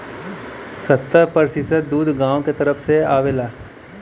सत्तर प्रतिसत दूध गांव के तरफ से आवला